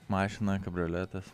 mašina kabrioletas